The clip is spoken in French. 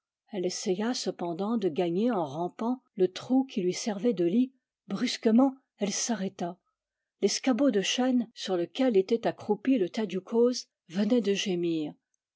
cependant de gagner en rampant le trou qui lui servait de lit brusquement elle s'arrêta l'escabeau de chêne sur lequel était accroupi le tadiou coz venait de gémir